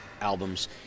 albums